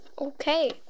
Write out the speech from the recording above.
okay